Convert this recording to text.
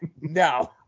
No